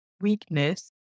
weakness